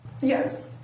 Yes